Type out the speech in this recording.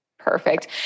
Perfect